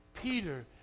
Peter